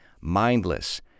mindless